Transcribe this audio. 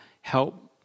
Help